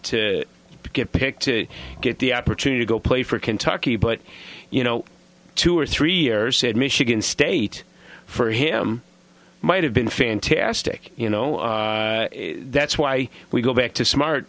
to get picked to get the opportunity to go play for kentucky but you know two or three years said michigan state for him might have been fantastic you know that's why we go back to smart